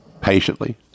patiently